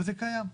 וזה קיים.